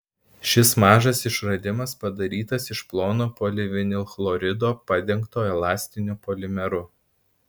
šis mažas išradimas padarytas iš plono polivinilchlorido padengto elastiniu polimeru